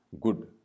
good